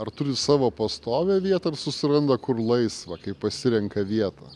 ar turi savo pastovią vietą ar susiranda kur laisva kaip pasirenka vietą